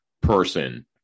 person